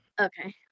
Okay